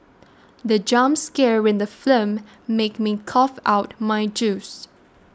the jump scare in the film made me cough out my juice